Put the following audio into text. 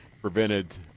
prevented